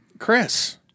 Chris